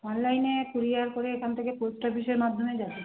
অনলাইনে কুরিয়ার করে এখান থেকে পোস্ট অফিসের মাধ্যমে যাবে